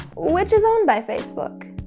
which is owned by facebook.